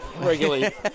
regularly